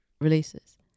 releases